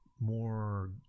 more